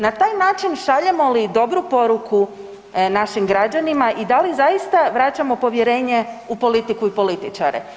Na taj način šaljemo li dobru poruku našim građanima i da li zaista vraćamo povjerenje u politiku i političare?